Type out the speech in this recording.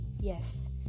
yes